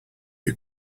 you